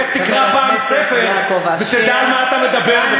לך תקרא פעם ספר ותדע על מה אתה מדבר בכלל.